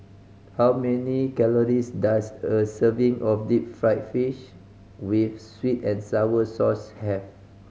how many calories does a serving of deep fried fish with sweet and sour sauce have